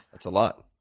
that's a lot.